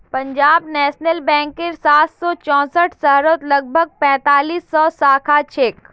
Punjab national बैंकेर सात सौ चौसठ शहरत लगभग पैंतालीस सौ शाखा छेक